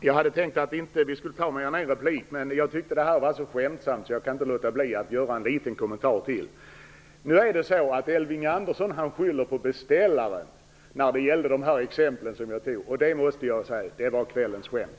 Herr talman! Jag hade inte tänkt begära någon mer replik, men det här var så skämtsamt att jag inte kan låta bli att göra en liten kommenter till. Elving Andersson skyller på beställaren i de exempel som jag gav. Jag måste säga att det var kvällens skämt.